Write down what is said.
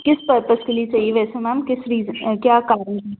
किस पर्पस के लिए चाहिए वैसे मैम रीज़न किस रीज़न क्या कारण है